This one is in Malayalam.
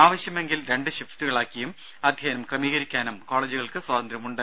ആവശ്യമെങ്കിൽ രണ്ട് ഷിഫ്റ്റുകളാക്കിയും അധ്യയനം ക്രമീകരിക്കാനും കോളേജുകൾക്ക് സ്വാതന്ത്ര്യം ഉണ്ട്